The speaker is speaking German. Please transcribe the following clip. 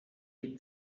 die